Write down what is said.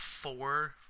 four